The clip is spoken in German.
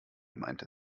meinte